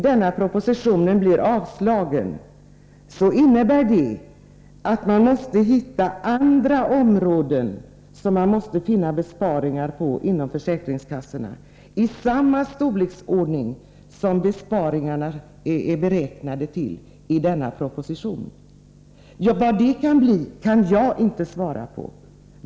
Om propositionen nu avslås innebär det att man måste hitta andra områden inom försäkringskassorna där det kan göras besparingar i samma storleksordning som hade beräknats i denna proposition. Vad det kan bli fråga om kan jag inte svara på.